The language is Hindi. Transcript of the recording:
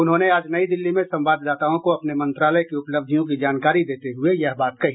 उन्होंने आज नई दिल्ली में संवाददाताओं को अपने मंत्रालय की उपलब्धियों की जानकारी देते हुए यह बात कही